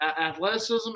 athleticism